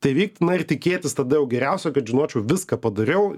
tai vykti na ir tikėtis tada jau geriausio kad žinočiau viską padariau